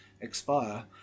expire